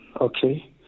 Okay